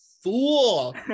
fool